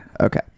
okay